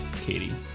Katie